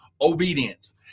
Obedience